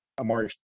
Amari